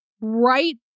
right